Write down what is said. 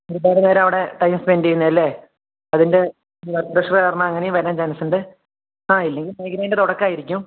ഒരുപാട് നേരമവിടെ time spent ചെയ്യുന്നതല്ലേ അതിൻ്റെ വർക്ക് പ്രഷര് കാരണം അങ്ങനെയും വരാൻ ചാൻസുണ്ട് ആ ഇല്ലെങ്കിൽ മൈഗ്രെൻ്റെ തുടക്കമായിരിക്കും